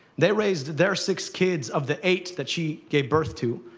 they raised their six kids, of the eight that she gave birth to,